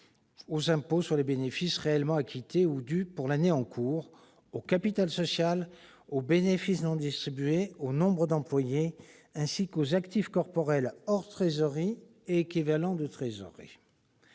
aux impôts sur les bénéfices réellement acquittés ou dus pour l'année en cours, au capital social, aux bénéfices non distribués, au nombre d'employés, ainsi qu'aux actifs corporels hors trésorerie et équivalents de trésorerie.